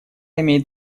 имеет